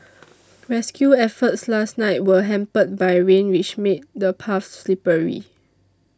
rescue efforts last night were hampered by rain which made the paths slippery